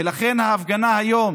ולכן, ההפגנה היום